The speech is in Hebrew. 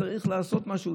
צריך לעשות משהו,